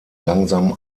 langsam